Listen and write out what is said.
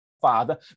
father